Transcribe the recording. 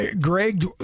Greg